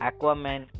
Aquaman